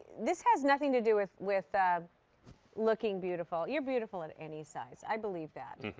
this has nothing to do with with ah looking beautiful. you're beautiful at any size. i believe that.